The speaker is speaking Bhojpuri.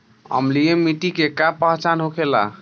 अम्लीय मिट्टी के का पहचान होखेला?